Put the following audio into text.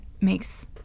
makes